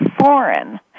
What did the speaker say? foreign